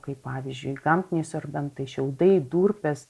kaip pavyzdžiui gamtiniai sorbentai šiaudai durpės